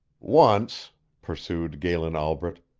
once pursued galen albret,